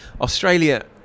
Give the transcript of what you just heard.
Australia